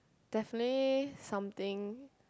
definitely something